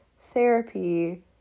therapy